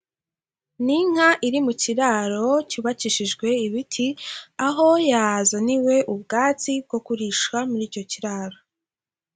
Ni inka iri mu kiraro cyubakishijwe ibiti aho yazaniwe ubwatsi bwo kurisha muri icyo kiraro.